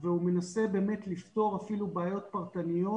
והוא מנסה באמת לפתור אפילו בעיות פרטניות